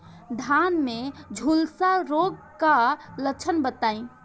धान में झुलसा रोग क लक्षण बताई?